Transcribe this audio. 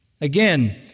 Again